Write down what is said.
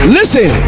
Listen